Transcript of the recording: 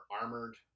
armored